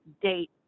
date